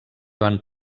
van